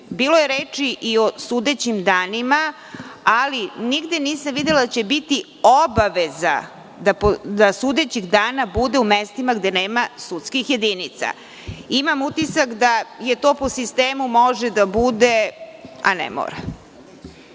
je reči o sudećim danima, ali nigde nisam videla da će biti obaveza da sudećih dana bude u mestima gde nema sudskih jedinica. Imam utisak da je to po sistemu može da bude, a i ne mora.